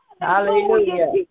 Hallelujah